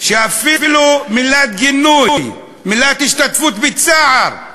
שאפילו מילת גינוי, מילת השתתפות בצער,